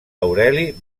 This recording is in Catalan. aureli